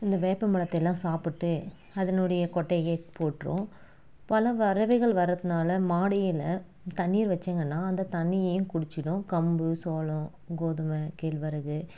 இந்த வேப்பம் பழத்தையெல்லாம் சாப்பிட்டு அதனுடைய கொட்டையை போட்டுறும் பல பறவைகள் வரதுனால் மாடியில் தண்ணீர் வைச்சாங்கன்னா அந்த தண்ணியையும் குடிச்சுடும் கம்பு சோளம் கோதுமை கேழ்வரகு